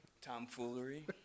Tomfoolery